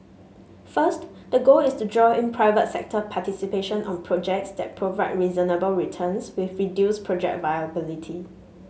first the goal is to draw in private sector participation on projects that provide reasonable returns with reduced project volatility